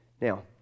Now